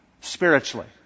spiritually